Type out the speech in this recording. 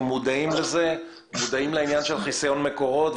שאנחנו מודעים לעניין של חיסיון המקורות,